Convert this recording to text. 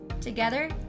Together